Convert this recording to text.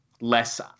less